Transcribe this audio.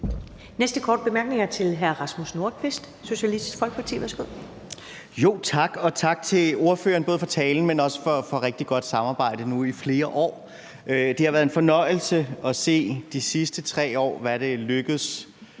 Næste korte bemærkning er til hr. Rasmus Nordqvist, Socialistisk Folkeparti. Værsgo. Kl. 20:36 Rasmus Nordqvist (SF): Tak, og også tak til ordføreren både for talen, men også for rigtig godt samarbejde nu i flere år. Det har været en fornøjelse de sidste 3 år at se, hvad det faktisk